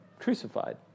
crucified